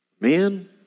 Man